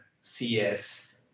CS